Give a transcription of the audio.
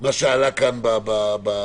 מה שעלה כאן בוועדה.